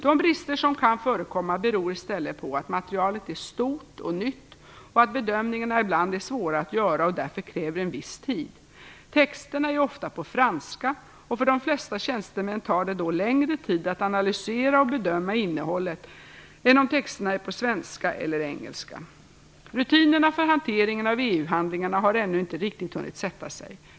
De brister som kan förekomma beror i stället på att materialet är stort och nytt och att bedömningarna ibland är svåra att göra och därför kräver en viss tid. Texterna är ofta på franska och för de flesta tjänstemän tar det då längre tid att analysera och bedöma innehållet än om texterna är på svenska eller engelska. Rutinerna för hanteringen av EU-handlingarna har ännu inte riktigt hunnit sätta sig.